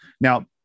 Now